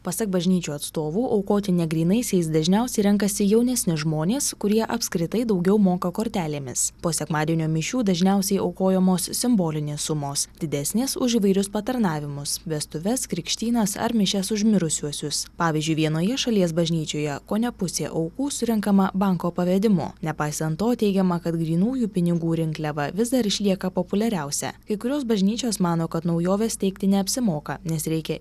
pasak bažnyčių atstovų aukoti ne grynaisiais dažniausiai renkasi jaunesni žmonės kurie apskritai daugiau moka kortelėmis po sekmadienio mišių dažniausiai aukojamos simbolinės sumos didesnės už įvairius patarnavimus vestuves krikštynas ar mišias už mirusiuosius pavyzdžiui vienoje šalies bažnyčioje kone pusė aukų surenkama banko pavedimu nepaisant to teigiama kad grynųjų pinigų rinkliava vis dar išlieka populiariausia kai kurios bažnyčios mano kad naujoves teikti neapsimoka nes reikia